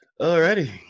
Alrighty